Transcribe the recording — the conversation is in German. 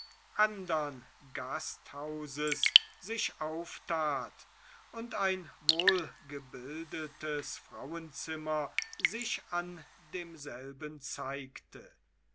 andern gasthauses sich auftat und ein wohlgebildetes frauenzimmer sich an demselben zeigte